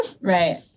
Right